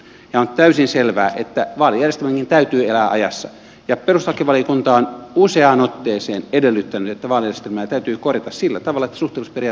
on täysin selvää että vaalijärjestelmänkin täytyy elää ajassa ja perustuslakivaliokunta on useaan otteeseen edellyttänyt että vaalijärjestelmää täytyy korjata sillä tavalla että suhteellisuusperiaate meillä toteutuu